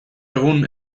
egun